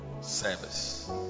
service